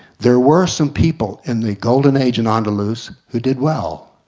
there were some people in the golden age in andalusia who did well.